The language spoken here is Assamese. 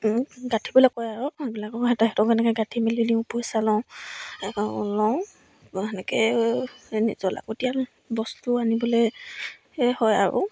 গাঁঠিবলৈ কয় আৰু সেইবিলাকক তাহাঁতকো এনেকৈ গাঁঠি মেলি দিওঁ পইচা লওঁ লওঁ সেনেকৈ নিজৰ লাগতিয়াল বস্তু আনিবলৈ হয় আৰু